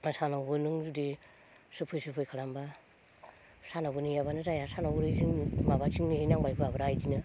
सानावबो नों जुदि सोफै सोफै खालामोब्ला सानावबो नेयाब्लानो जाया सानावबो माबाथिं नेहैनांबाय हौवाफोरा इदिनो